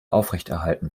aufrechterhalten